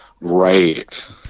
right